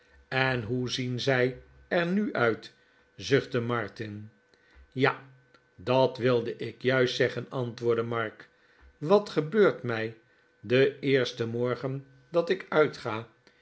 en hoe zien zij er nu uit zuchtte martin ja dat wilde ik juist zeggen antwoordde mark wat gebeurt mij den eersten morgen dat ik uitga